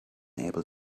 able